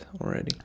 already